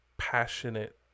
passionate